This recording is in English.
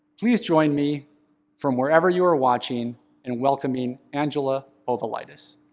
please join me from wherever you are watching in welcoming angela povilaitis.